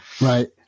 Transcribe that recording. Right